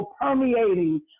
permeating